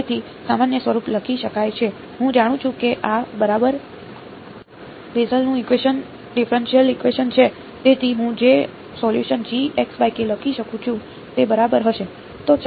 તેથી સામાન્ય સ્વરૂપ લખી શકાય છે હું જાણું છું કે આ બરાબર બેસેલનું ડિફરેનશીયલ ઇકવેશન છે તેથી હું જે સોલ્યુસન લખી શકું તે બરાબર હશે